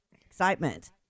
excitement